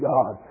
God